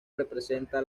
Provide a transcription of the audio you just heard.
representa